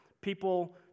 People